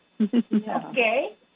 Okay